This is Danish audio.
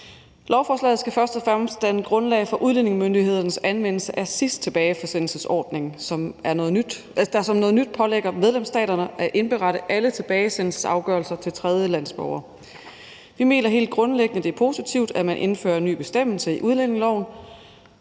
Lovforslaget skal først og fremmest danne grundlag for udlændingemyndighedernes anvendelse af SIS-tilbagesendelsesforordningen, der som noget nyt pålægger medlemsstaterne at indberette alle tilbagesendelsesafgørelser i forhold til tredjelandsborgere. Vi mener helt grundlæggende, det er positivt, at man indfører en ny bestemmelse i udlændingeloven,